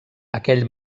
aquell